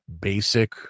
basic